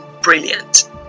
brilliant